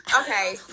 okay